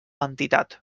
entitat